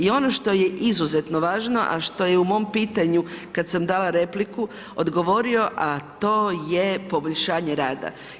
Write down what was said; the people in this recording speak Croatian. I ono što je izuzetno važno a što je i u mom pitanju kada sam dala repliku odgovorio a to je poboljšanje rada.